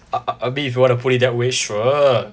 ah ah I mean if you want to put it that way sure